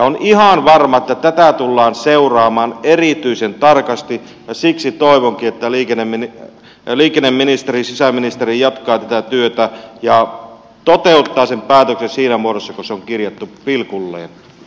olen ihan varma että tätä tullaan seuraamaan erityisen tarkasti ja siksi toivonkin että liikenneministeri ja sisäministeri jatkavat tätä työtä ja toteuttavat sen päätöksen siinä muodossa kuin se on kirjattu pilkulleen